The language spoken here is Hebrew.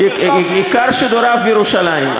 עיקר שידוריו מירושלים.